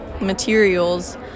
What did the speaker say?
materials